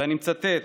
ואני מצטט: